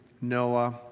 Noah